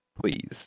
Please